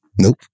Nope